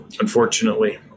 unfortunately